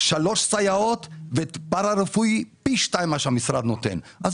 3 סייעות ופרה-רפואי וזה פי שתיים משנותן המשרד.